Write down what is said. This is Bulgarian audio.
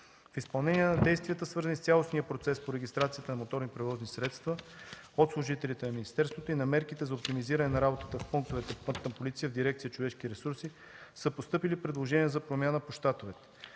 В изпълнение на действията, свързани с цялостния процес по регистрацията на моторни превозни средства от служителите на министерствата и на мерките за оптимизиране на работата в пунктовете „Пътна полиция” в дирекция „Човешки ресурси” са постъпили предложения за промяна по щатове.